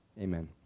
Amen